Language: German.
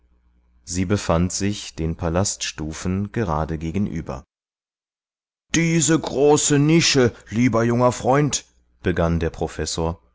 sie befand sich den palaststufen gerade gegenüber diese große nische lieber junger freund begann der professor